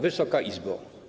Wysoka Izbo!